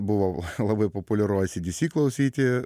buvo labai populiaru acdc klausyti